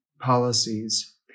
policies